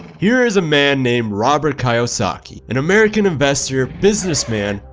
here is a man named robert kiyosaki, an american investor, businessman,